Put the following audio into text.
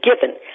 given